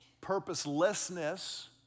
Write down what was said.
purposelessness